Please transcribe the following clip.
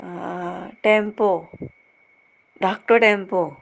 tempo धाकटो tempo